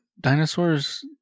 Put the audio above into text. dinosaurs